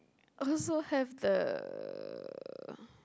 also have the